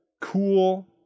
cool